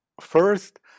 first